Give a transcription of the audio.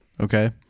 Okay